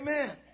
Amen